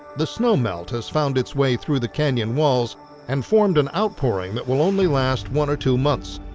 the snowmelt has found its way through the canyon walls and formed an outpouring that will only last one or two months,